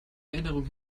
erinnerung